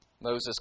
Moses